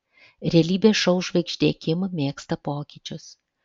realybės šou žvaigždė kim mėgsta pokyčius